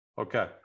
Okay